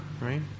right